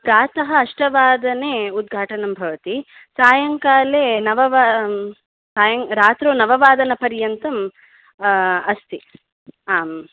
प्रातः अष्टवादने उद्घाटनं भवति सायंकाले नववा सायं रात्रौ नववादनपर्यन्तं अस्ति आम्